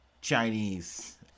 Chinese